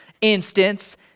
instance